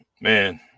man